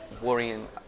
worrying